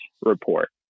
report